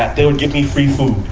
they would give me free food.